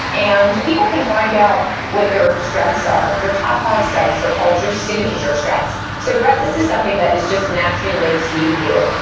and people can find out what their strengths are, their top five strengths are called your signature strengths so brett, this is something that is just naturally makes you you.